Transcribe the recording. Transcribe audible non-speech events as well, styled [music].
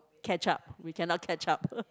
catch up we cannot catch up [noise]